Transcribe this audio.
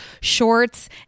shorts